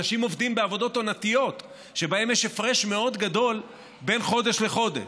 אנשים עובדים בעבודות עונתיות שבהן יש הפרש מאוד גדול בין חודש לחודש.